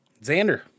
Xander